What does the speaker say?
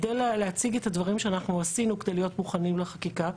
כדי להציג את הדברים שאנחנו עשינו כדי להיות מוכנים לחקיקה,